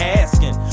asking